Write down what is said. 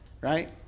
Right